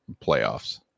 playoffs